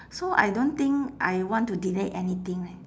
so I don't think I want to delete anything leh